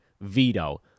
veto